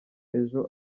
ejo